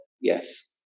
Yes